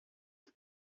sky